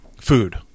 food